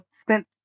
spent